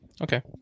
Okay